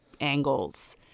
angles